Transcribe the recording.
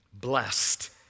Blessed